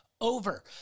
over